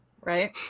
Right